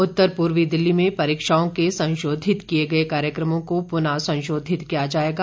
उत्तर पूर्वी दिल्ली में परीक्षाओं के संशोधित किये गए कार्यक्रमों को पुनः संशोधित किया जाएगा